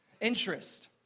interest